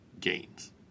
gains